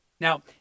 Now